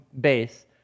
base